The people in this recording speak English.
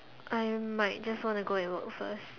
I might just wanna go and work first